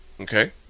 okay